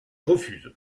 refuse